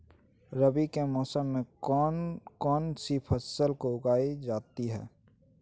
रवि के मौसम में कौन कौन सी फसल को उगाई जाता है?